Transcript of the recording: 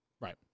Right